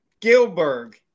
Gilbert